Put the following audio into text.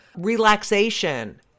relaxation